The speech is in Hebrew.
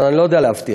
אני לא יודע להבטיח.